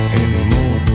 anymore